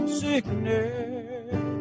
sickness